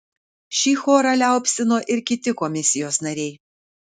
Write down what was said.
šį chorą liaupsino ir kiti komisijos nariai